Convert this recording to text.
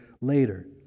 later